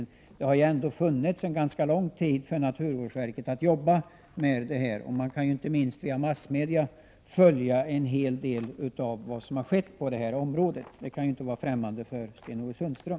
Naturvårdsverket har ändå haft ganska lång tid på sig att arbeta med frågan, och man har inte minst via massmedia kunnat följa en hel del av det som har skett på avgasreningsområdet. Det kan inte vara främmande för Sten-Ove Sundström.